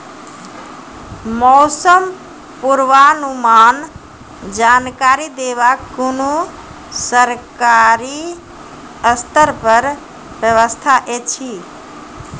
मौसम पूर्वानुमान जानकरी देवाक कुनू सरकारी स्तर पर व्यवस्था ऐछि?